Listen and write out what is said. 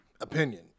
opinion